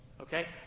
Okay